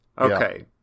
okay